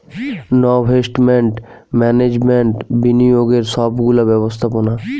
investment management বিনিয়োগের সব গুলা ব্যবস্থাপোনা